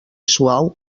suau